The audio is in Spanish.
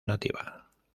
nativa